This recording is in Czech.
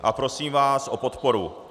A prosím vás o podporu.